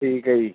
ਠੀਕ ਹੈ ਜੀ